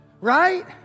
Right